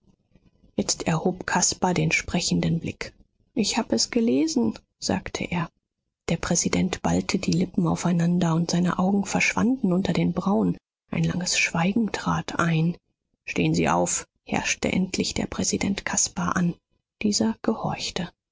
jetzt erhob caspar den sprechenden blick ich hab es gelesen sagte er der präsident ballte die lippen aufeinander und seine augen verschwanden unter den brauen ein langes schweigen trat ein stehen sie auf herrschte endlich der präsident caspar an dieser gehorchte